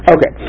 Okay